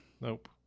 Nope